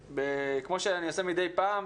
כמו שאני עושה מדי פעם,